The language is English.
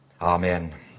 Amen